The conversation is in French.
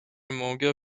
manga